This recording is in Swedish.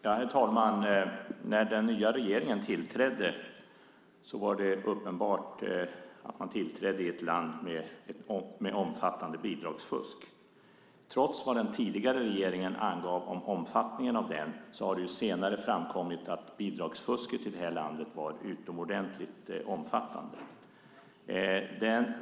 Herr talman! När den nya regeringen tillträdde var det uppenbart att den tillträdde i ett land med omfattande bidragsfusk. Trots vad den tidigare regeringen angav om omfattningen av detta har det senare framkommit att bidragsfusket i landet var utomordentligt omfattande.